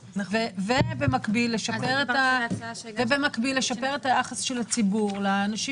ובמקביל - לשפר את היחס של הציבור לאנשים